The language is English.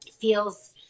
feels